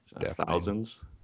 thousands